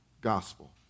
gospel